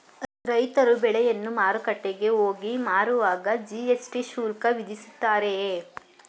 ರೈತರು ಬೆಳೆಯನ್ನು ಮಾರುಕಟ್ಟೆಗೆ ಹೋಗಿ ಮಾರುವಾಗ ಜಿ.ಎಸ್.ಟಿ ಶುಲ್ಕ ವಿಧಿಸುತ್ತಾರೆಯೇ?